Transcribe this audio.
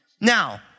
Now